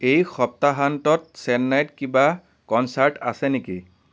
এই সপ্তাহৰ অন্তত চেন্নাইত কিবা কনচাৰ্ট আছে নেকি